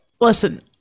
Listen